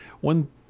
one